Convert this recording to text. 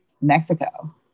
Mexico